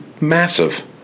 massive